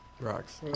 Rocks